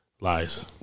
Lies